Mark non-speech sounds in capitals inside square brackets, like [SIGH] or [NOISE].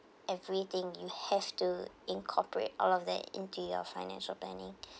everything you have to incorporate all of that into your financial planning [BREATH]